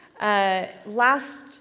Last